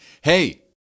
Hey